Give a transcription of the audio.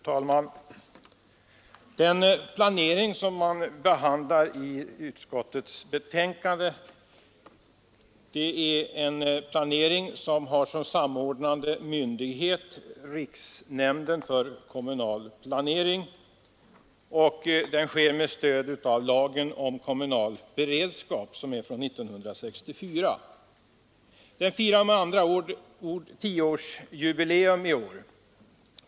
Fru talman! Den planering som behandlas i civilutskottets betänkande nr 18 har som samordnande myndighet riksnämnden för kommunal beredskap , och den sker med stöd av lagen om kommunal beredskap. Lagen är från 1964 och firar med andra ord tioårsjubileum i år.